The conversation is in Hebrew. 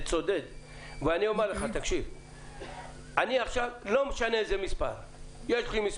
לא משנה עכשיו איזה מספר יש לי.